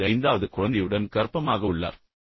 தாய் தனது ஐந்தாவது குழந்தையுடன் கர்ப்பமாக உள்ளார்